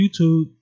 YouTube